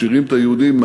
משאירים את היהודים,